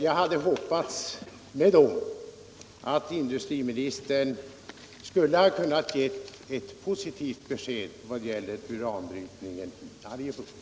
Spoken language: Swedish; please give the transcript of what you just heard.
Jag hade, liksom kommunalmännen, hoppats att industriministern skulle ha kunnat ge ett positivt besked vad det gäller uranbrytningen i Arjeplog.